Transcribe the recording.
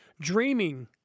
dreaming